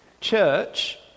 Church